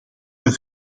een